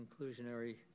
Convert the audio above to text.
inclusionary